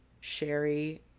Sherry